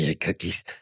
cookies